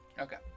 Okay